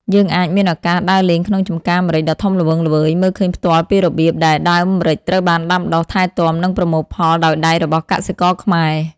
យើងអាចមានឱកាសដើរលេងក្នុងចម្ការម្រេចដ៏ធំល្វឹងល្វើយ មើលឃើញផ្ទាល់ពីរបៀបដែលដើមម្រេចត្រូវបានដាំដុះ ថែទាំ និងប្រមូលផលដោយដៃរបស់កសិករខ្មែរ ។